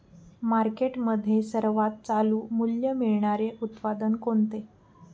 मार्केटमध्ये सर्वात चालू मूल्य मिळणारे उत्पादन कोणते?